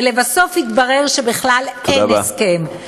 ולבסוף התברר שבכלל אין הסכם.